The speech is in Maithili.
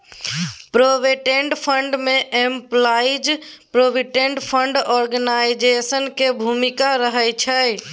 प्रोविडेंट फंड में एम्पलाइज प्रोविडेंट फंड ऑर्गेनाइजेशन के भूमिका रहइ छइ